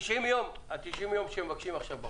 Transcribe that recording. ה-90 יום שהם מבקשים עכשיו בחוק,